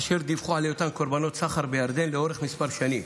אשר דיווחו על היותן קורבנות סחר בירדן לאורך מספר שנים.